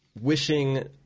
wishing